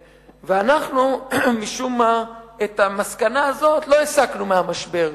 ואנחנו, משום מה, את המסקנה הזאת לא הסקנו מהמשבר.